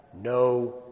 no